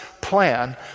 plan